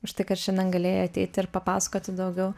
už tai kad šiandien galėjai ateiti ir papasakoti daugiau